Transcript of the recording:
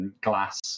glass